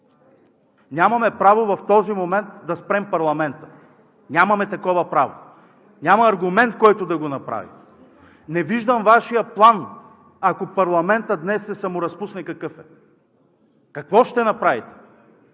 Нямаме право в този момент да спрем парламента. Нямаме такова право! Няма аргумент, който да го направи. Не виждам Вашия план, ако парламентът днес се саморазпусне, какъв е? Какво ще направите?